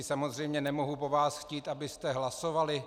Samozřejmě nemohu po vás chtít, abyste hlasovali.